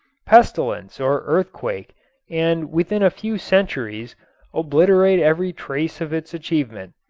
pestilence or earthquake and within a few centuries obliterate every trace of its achievement.